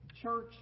church